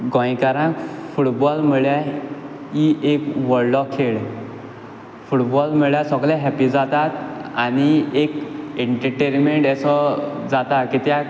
गोंयकारांक फुटबॉल म्हुळ्यार ही एक व्होडलो खेळ फुटबॉल म्हुळ्यार सोगळे हेप्पी जातात आनी एक एन्टर्टेन्मॅंट एसो जाता कित्याक